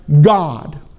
God